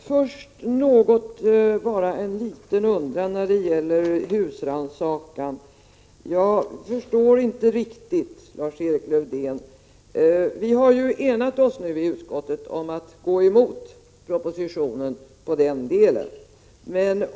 Herr talman! Först bara en liten undran när det gäller husrannsakan. Jag förstår inte riktigt Lars-Erik Lövdén. Vi har i utskottet enat oss om att gå emot propositionen i den delen.